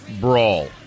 brawl